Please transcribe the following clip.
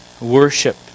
worship